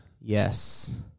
Yes